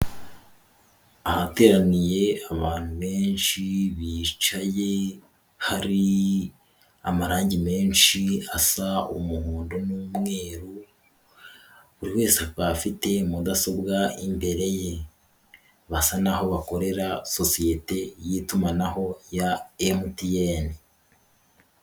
Ahateraniye abantu benshi bicaye, hari amarange menshi asa umuhondo n'umweru, buri wese akaba afite mudasobwa imbere ye, basa naho bakorera sosiyete y'itumanaho ya MTN.